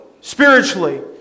spiritually